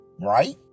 Right